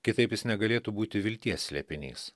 kitaip jis negalėtų būti vilties slėpinys